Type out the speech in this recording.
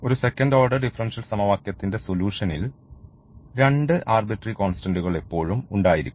ഒരു second order differential സമവാക്യ ത്തിൻറെ സൊല്യൂഷൻൽ 2 ആർബിട്രറി കോൺസ്റ്റന്റുകൾ എപ്പോഴും ഉണ്ടായിരിക്കും